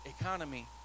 economy